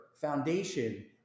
foundation